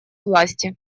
власти